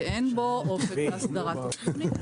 שאין בו אופק להסדרת התוכנית.